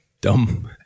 Dumb